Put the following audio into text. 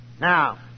now